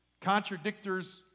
Contradictors